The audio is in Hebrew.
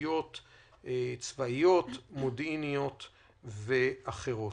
ייחודיות צבאיות, מודיעיניות ואחרות.